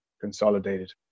consolidated